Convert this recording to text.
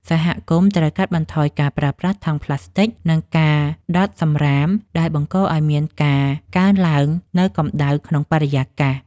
សហគមន៍ត្រូវកាត់បន្ថយការប្រើប្រាស់ថង់ប្លាស្ទិក និងការដុតសម្រាមដែលបង្កឱ្យមានការកើនឡើងនូវកម្តៅក្នុងបរិយាកាស។